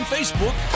Facebook